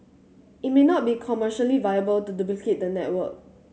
it may not be commercially viable to duplicate the network